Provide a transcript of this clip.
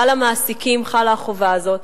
ועל המעסיקים חלה החובה הזאת.